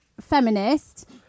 feminist